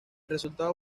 resultado